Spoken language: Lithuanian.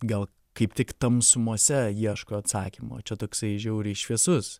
gal kaip tik tamsumose ieško atsakymo čia toksai žiauriai šviesus